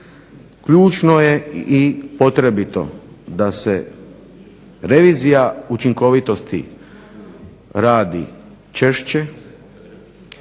ključno je i potrebito da se revizija učinkovitosti radi češće,